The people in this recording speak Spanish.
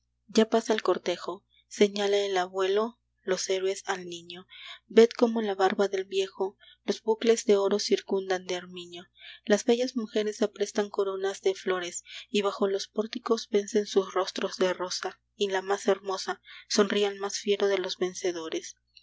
ya pasa el cortejo señala el abuelo los héroes al niño ved cómo la barba del viejo los bucles de oro circundan de armiño las bellas mujeres aprestan coronas de flores y bajo los pórticos vense sus rostros de rosa y la más hermosa sonríe al más fiero de los vencedores